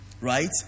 right